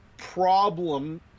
problem